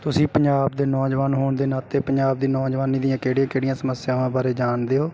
ਤੁਸੀਂ ਪੰਜਾਬ ਦੇ ਨੌਜਵਾਨ ਹੋਣ ਦੇ ਨਾਤੇ ਪੰਜਾਬ ਦੀ ਨੌਜਵਾਨੀ ਦੀਆਂ ਕਿਹੜੀਆਂ ਕਿਹੜੀਆਂ ਸਮੱਸਿਆਵਾਂ ਬਾਰੇ ਜਾਣਦੇ ਹੋ